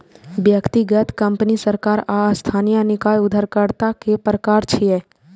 व्यक्तिगत, कंपनी, सरकार आ स्थानीय निकाय उधारकर्ता के प्रकार छियै